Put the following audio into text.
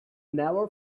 never